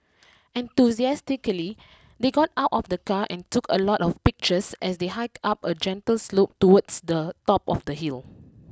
enthusiastically they got out of the car and took a lot of pictures as they hiked up a gentle slope towards the top of the hill